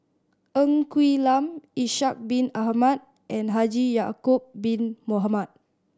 Ng Quee Lam Ishak Bin Ahmad and Haji Ya'acob Bin Mohamed